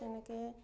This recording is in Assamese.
এনেকৈ